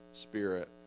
Spirit